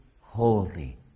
holy